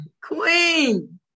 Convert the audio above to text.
Queen